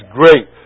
great